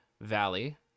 Valley